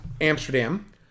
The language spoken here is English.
Amsterdam